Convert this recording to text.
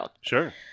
Sure